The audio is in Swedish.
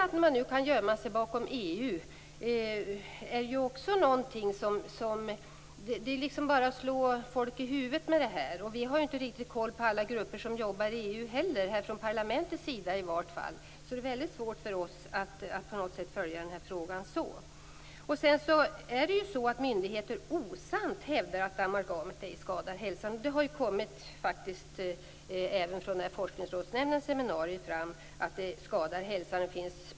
Att gömma sig bakom EU är att slå folk i huvudet. Vi har från parlamentets sida inte möjlighet att ha kontroll på alla grupper som jobbar inom EU. Det är svårt för oss att följa frågan på det sättet. Myndigheter hävdar osant att amalgamet ej skadar hälsan. Det har framkommit vid Forskningsrådsnämndens seminarier att amalgam skadar hälsan.